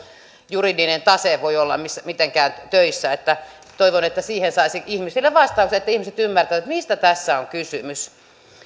juridinen tase voi olla mitenkään töissä toivon että siihen saisi ihmisille vastauksen että ihmiset ymmärtävät mistä tässä on kysymys